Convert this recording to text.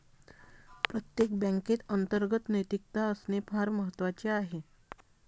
प्रत्येक बँकेत अंतर्गत नैतिकता असणे फार महत्वाचे आहे